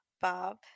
Bob